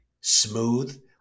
smooth